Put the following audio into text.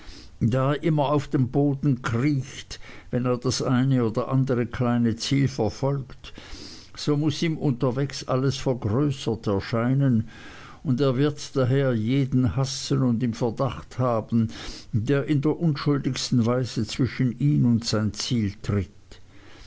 da er immer auf dem boden kriecht wenn er das eine oder andere kleine ziel verfolgt so muß ihm unterwegs alles vergrößert erscheinen und er wird daher jeden hassen und im verdacht haben der in der unschuldigsten weise zwischen ihn und sein ziel tritt